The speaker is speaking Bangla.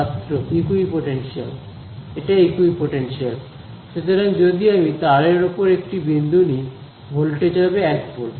ছাত্র ইকুইপোটেনশিয়াল এটা ইকুইপোটেনশিয়াল সুতরাং যদি আমি তারের ওপর একটি বিন্দু নিই ভোল্টেজ হবে 1 ভোল্ট